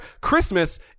christmas